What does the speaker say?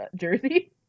jersey